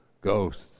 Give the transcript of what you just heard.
ghosts